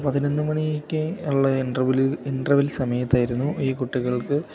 പതിനൊന്ന് മണിക്ക് ഉള്ള ഇട്രവല് ഇൻട്രെവെൽ സമയത്തായിരുന്നു ഈ കുട്ടികൾക്ക്